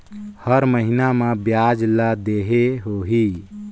हर महीना मा ब्याज ला देहे होही?